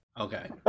Okay